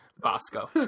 Bosco